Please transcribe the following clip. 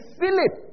Philip